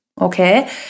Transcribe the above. okay